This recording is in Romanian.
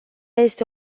este